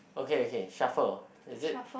okay okay shuffle is it